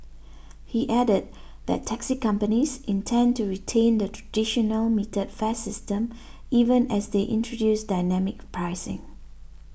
he added that taxi companies intend to retain the traditional metered fare system even as they introduce dynamic pricing